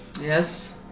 Yes